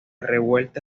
revuelta